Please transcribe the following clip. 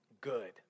good